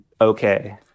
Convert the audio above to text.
okay